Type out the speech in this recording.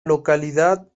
localidad